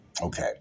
okay